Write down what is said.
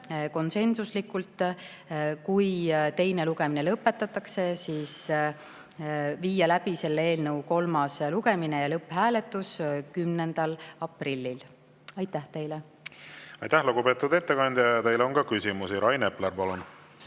konsensusliku otsuse, et kui teine lugemine lõpetatakse, siis viia läbi selle eelnõu kolmas lugemine ja lõpphääletus 10. aprillil. Aitäh teile! Aitäh, lugupeetud ettekandja! Teile on ka küsimusi. Rain Epler,